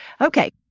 Okay